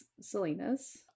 Selena's